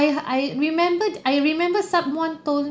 I I remembered I remember someone told